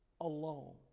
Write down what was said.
alone